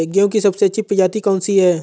गेहूँ की सबसे अच्छी प्रजाति कौन सी है?